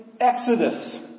exodus